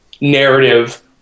narrative